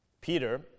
Peter